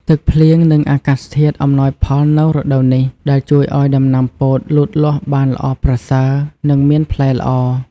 ទឹកភ្លៀង និងអាកាសធាតុអំណោយផលនៅរដូវនេះ ដែលជួយឱ្យដំណាំពោតលូតលាស់បានល្អប្រសើរ និងមានផ្លែល្អ។